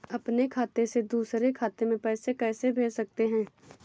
अपने खाते से दूसरे खाते में पैसे कैसे भेज सकते हैं?